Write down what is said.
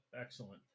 excellent